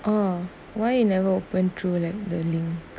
oh why you never open through like the link